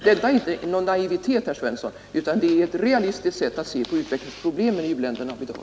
Detta är inte någon naivitet, herr Svensson, utan det är ett realistiskt sätt att se på utvecklingsproblemen i u-länderna av i dag!